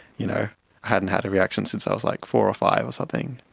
you know hadn't had a reaction since i was like four or five or something,